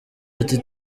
ati